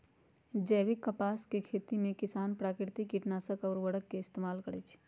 जैविक कपास के खेती में किसान प्राकिरतिक किटनाशक आ उरवरक के इस्तेमाल करई छई